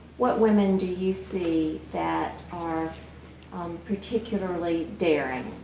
what women do you see that are particularly daring,